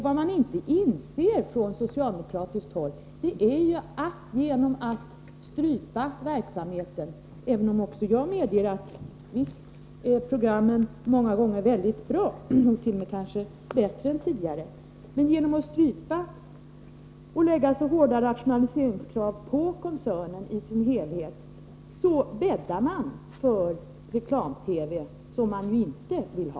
Vad man från socialdemokratiskt håll inte inser är att man genom att ställa så hårda rationaliseringskrav på koncernen i dess helhet och strypa verksamheten — även om också jag medger att programmen många gånger är mycket bra, t.o.m. kanske bättre nu än tidigare — bäddar för reklam-TV, som man ju inte vill ha!